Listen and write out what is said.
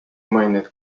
mainet